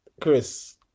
Chris